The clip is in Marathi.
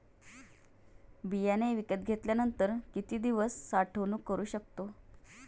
बियाणे विकत घेतल्यानंतर किती दिवस साठवणूक करू शकतो?